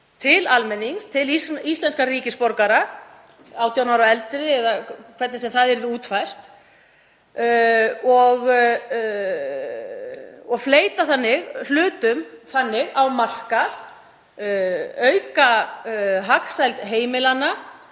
til almennings, til íslenskra ríkisborgara 18 ára og eldri eða hvernig sem það yrði útfært, og fleyta þannig hlutum á markað og auka hagsæld heimilanna.